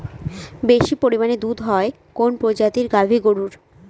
বেশি পরিমানে দুধ হয় কোন প্রজাতির গাভি গরুর?